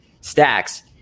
stacks